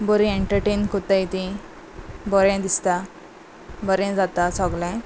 बरी एंटरटेन कोत्ताय ती बरें दिसता बरें जाता सगलें